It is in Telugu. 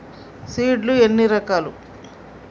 సీడ్ లు ఎన్ని రకాలు?